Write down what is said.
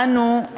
בנו,